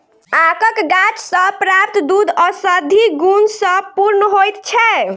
आकक गाछ सॅ प्राप्त दूध औषधीय गुण सॅ पूर्ण होइत छै